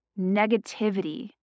negativity